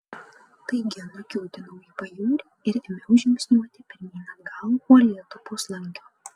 taigi nukiūtinau į pajūrį ir ėmiau žingsniuoti pirmyn atgal uolėtu puslankiu